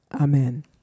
Amen